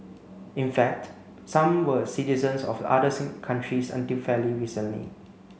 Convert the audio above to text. in fact some were citizens of other countries until fairly recently